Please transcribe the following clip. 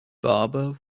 barber